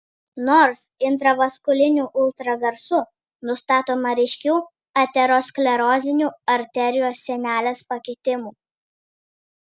nors intravaskuliniu ultragarsu nustatoma ryškių aterosklerozinių arterijos sienelės pakitimų